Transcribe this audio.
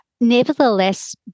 nevertheless